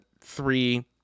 three